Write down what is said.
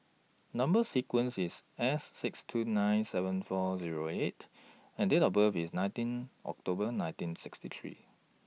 Number sequence IS S six two nine seven four Zero eight and Date of birth IS nineteen October nineteen sixty three